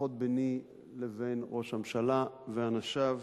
שיחות ביני לבין ראש הממשלה ואנשיו